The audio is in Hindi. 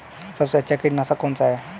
सबसे अच्छा कीटनाशक कौन सा है?